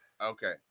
Okay